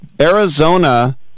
Arizona